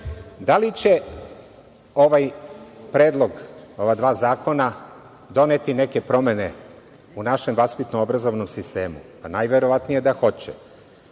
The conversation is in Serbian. li će predlog ova dva zakona doneti neke promene u našem vaspitno-obrazovnom sistemu? Najverovatnije da hoće.